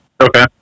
Okay